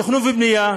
תכנון ובנייה,